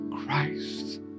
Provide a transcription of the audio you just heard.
Christ